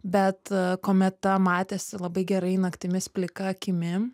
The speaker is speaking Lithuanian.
bet kometa matėsi labai gerai naktimis plika akimi